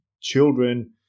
children